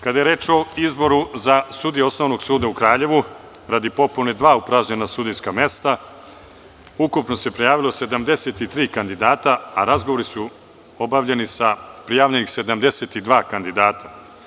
Kada je reč o izboru za sudije Osnovnog suda u Kraljevu, radi popune dva upražnjena sudijska mesta ukupno se prijavilo 73 kandidata, a razgovori su obavljeni sa prijavljenih 72 kandidata.